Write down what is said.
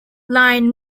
line